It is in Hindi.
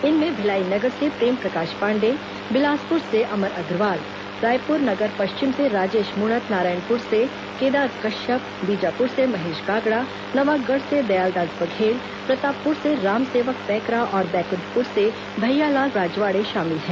इनमें भिलाई नगर से प्रेमप्रकाश पांडेय बिलासपुर से अमर अग्रवाल रायपुर नगर पश्चिम से राजेश मूणत नारायणपुर से केदार कश्यप बीजापुर से महेश गागड़ा नवागढ़ से दयालदास बघेल प्रतापपुर से रामसेवक पैकरा और बैकुंठपुर से भैयालाल राजवाड़े शामिल हैं